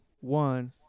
one